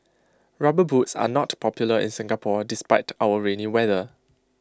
rubber boots are not popular in Singapore despite our rainy weather